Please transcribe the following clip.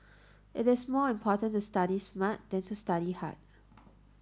it is more important to study smart than to study hard